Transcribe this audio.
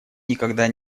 никогда